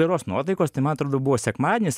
geros nuotaikos tai man atrodo buvo sekmadienis